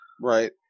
Right